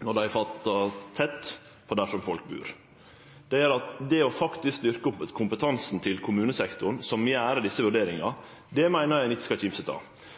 når dei er fatta tett på der som folk bur. Det gjer at det å styrkje kompetansen til kommunesektoren, som gjer desse vurderingane, er noko som ein ikkje skal kimse av, meiner eg.